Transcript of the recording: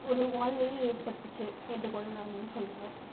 ஒரு வாழ்வையே ஏற்படுத்திச்சு என்று கூட நான் வந்து சொல்லுவேன்